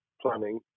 planning